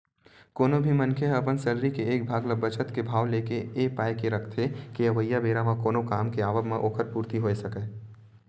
कोनो भी मनखे ह अपन सैलरी के एक भाग ल बचत के भाव लेके ए पाय के रखथे के अवइया बेरा म कोनो काम के आवब म ओखर पूरति होय सकय